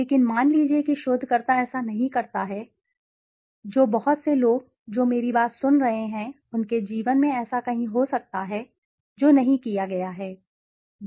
लेकिन मान लीजिए कि शोधकर्ता ऐसा नहीं करता है जो बहुत से लोग जो मेरी बात सुन रहे हैं उनके जीवन में ऐसा कहीं हो सकता है जो नहीं किया गया है